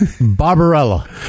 Barbarella